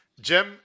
Jim